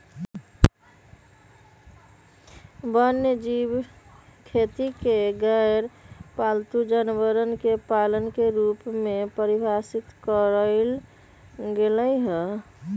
वन्यजीव खेती के गैरपालतू जानवरवन के पालन के रूप में परिभाषित कइल गैले है